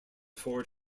forward